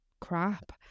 crap